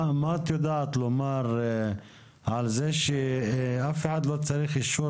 מה את יודעת לומר על זה שאף אחד לא צריך אישור